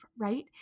right